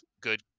good